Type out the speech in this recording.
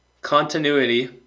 continuity